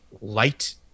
light